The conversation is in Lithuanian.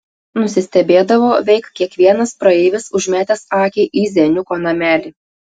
nusistebėdavo veik kiekvienas praeivis užmetęs akį į zeniuko namelį